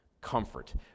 Comfort